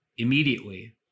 Immediately